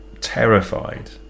terrified